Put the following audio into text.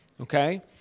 Okay